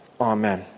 Amen